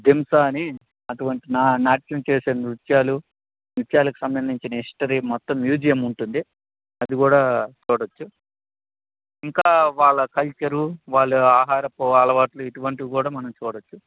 ధింసా అని అటువంటి నా నాట్యం చేసే నృత్యాలు నృత్యాలకి సంబంధించిన హిస్టరీ మొత్తం మ్యూజియం ఉంటుంది అదికూడా చూడవచ్చు ఇంకా వాళ్ళ కల్చరు వాళ్ళ ఆహారపు అలవాట్లు ఇటువంటివి కూడా మనం చూడవచ్చు